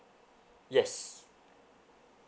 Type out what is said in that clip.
yes